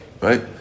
right